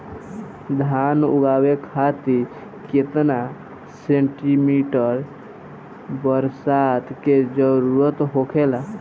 धान उगावे खातिर केतना सेंटीमीटर बरसात के जरूरत होखेला?